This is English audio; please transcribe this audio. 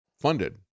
funded